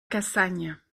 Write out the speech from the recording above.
cassagnes